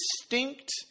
distinct